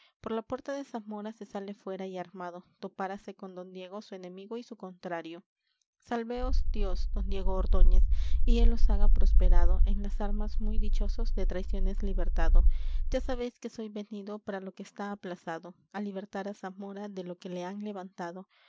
por la puerta de zamora se sale fuera y armado topárase con don diego su enemigo y su contrario sálveos dios don diego ordóñez y él os haga prosperado en las armas muy dichoso de traiciones libertado ya sabéis que soy venido para lo que está aplazado á libertar á zamora de lo que le han levantado